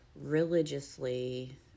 religiously